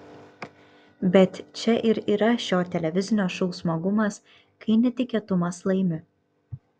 bet čia ir yra šio televizinio šou smagumas kai netikėtumas laimi